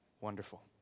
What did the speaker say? Wonderful